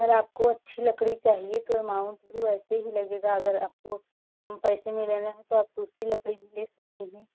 अगर आपको अच्छी लकड़ी चाहिए तो अमाउन्ट भी वैसे ही लगेगा अगर आपको कम पैसे में लेना है तो आप दूसरी लकड़ी ले सकती हैं